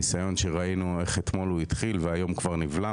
ניסיון שראינו איך התחיל אתמול והיום כבר נבלע,